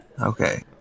Okay